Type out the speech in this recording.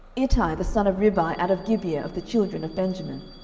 ittai the son of ribai out of gibeah of the children of benjamin,